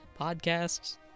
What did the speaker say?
podcasts